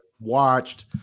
watched